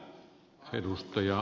eikö näin